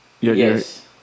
Yes